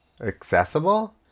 accessible